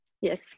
Yes